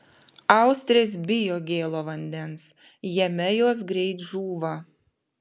austrės bijo gėlo vandens jame jos greit žūva